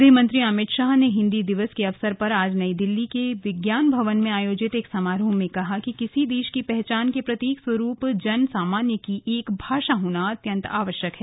गृहमंत्री अमित शाह ने हिन्दी दिवस के अवसर पर आज नई दिल्ली के विज्ञान भवन में आयोजित एक समारोह में कहा कि किसी देश की पहचान के प्रतीक स्वरूप जन सामान्य की एक भाषा होना अत्यंत आवश्यक है